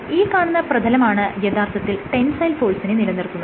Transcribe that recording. ഈ കാണുന്ന പ്രതലമാണ് യഥാർത്ഥത്തിൽ ടെൻസൈൽ ഫോഴ്സിനെ നിലനിർത്തുന്നത്